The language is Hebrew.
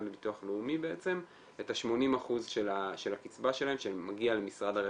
לביטוח לאומי את ה-80% של הקצבה שלהם שמגיע למשרד הרווחה.